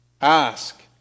Ask